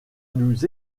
nous